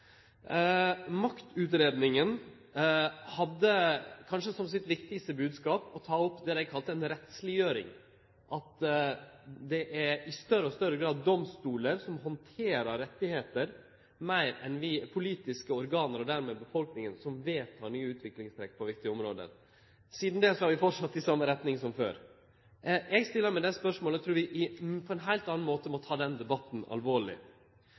hadde kanskje som sin viktigaste bodskap å ta opp det dei kalla ei rettsleggjering, at det i større og større grad er domstolane som handterer rettar meir enn vi politiske organ – og dermed befolkninga – som vedtek nye utviklingstrekk på viktige område. Sidan det har vi fortsett i same retning som før. Eg stiller meg det spørsmålet. Eg trur vi på ein heilt annan måte må ta den debatten alvorleg.